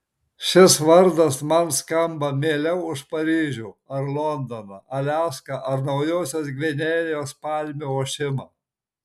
šis vardas man skamba mieliau už paryžių ar londoną aliaską ar naujosios gvinėjos palmių ošimą